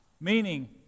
Meaning